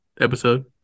episode